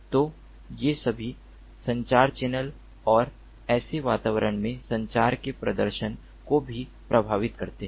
तो ये सभी संचार चैनल और ऐसे वातावरण में संचार के प्रदर्शन को भी प्रभावित करते हैं